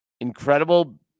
incredible